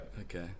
Okay